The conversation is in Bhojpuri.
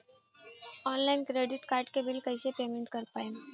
ऑनलाइन क्रेडिट कार्ड के बिल कइसे पेमेंट कर पाएम?